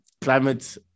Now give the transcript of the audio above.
climate